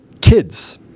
kids